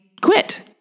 quit